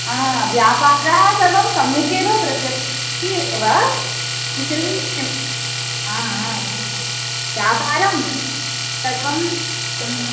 हा व्यापारः सर्वं सम्यकेव प्रचलति एव कुशलिनी हा हा व्यापारं सर्वं सम्